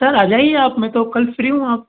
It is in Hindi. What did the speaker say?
सर आ जाइए आप मैं तो कल फ्री हूँ अब